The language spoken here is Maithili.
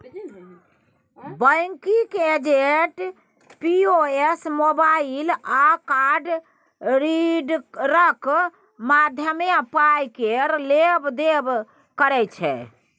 बैंकिंग एजेंट पी.ओ.एस, मोबाइल आ कार्ड रीडरक माध्यमे पाय केर लेब देब करै छै